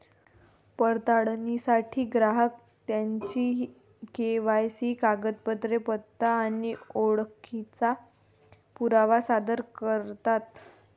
पडताळणीसाठी ग्राहक त्यांची के.वाय.सी कागदपत्रे, पत्ता आणि ओळखीचा पुरावा सादर करतात